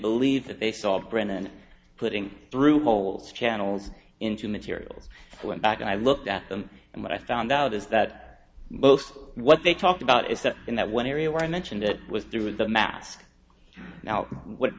believe the baseball brennan putting through holes channels into material back and i looked at them and what i found out is that both what they talked about is that in that one area where i mentioned it was through the mask now what